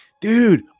dude